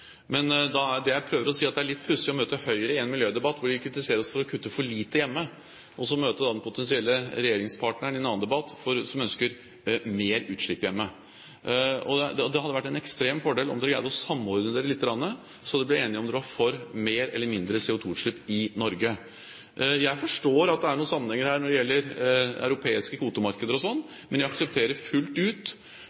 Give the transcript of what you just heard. det jeg prøver å si, er at det er pussig å møte Høyre i én miljødebatt hvor de kritiserer oss for å kutte for lite hjemme, og så i en annen debatt møte den potensielle regjeringspartneren som ønsker mer utslipp hjemme. Det hadde vært en ekstrem fordel om dere greide å samordne dere lite granne, at dere ble enige om dere er for mer eller mindre CO2-utslipp i Norge. Jeg forstår at det er noen sammenhenger her når det gjelder europeiske kvotemarkeder og sånn,